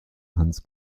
hans